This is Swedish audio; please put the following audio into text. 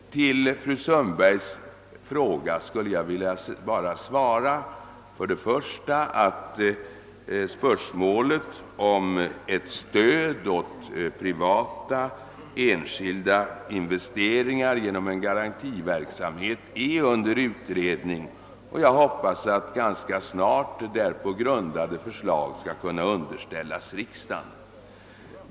På fru Sundbergs fråga skulle jag framför allt vilja svara att spörsmålet om ett stöd åt privata investeringar genom en garantiverksamhet är under utredning. Jag hoppas att ganska snart ett därpå grundat förslag skall kunna underställas riksdagen.